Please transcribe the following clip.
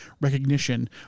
recognition